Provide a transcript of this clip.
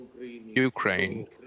ukraine